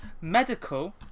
Medical